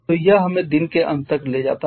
तो यह हमें दिन के अंत तक ले जाता है